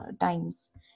times